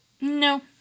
No